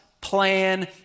plan